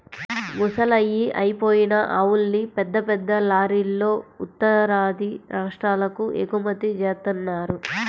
ముసలయ్యి అయిపోయిన ఆవుల్ని పెద్ద పెద్ద లారీలల్లో ఉత్తరాది రాష్ట్రాలకు ఎగుమతి జేత్తన్నారు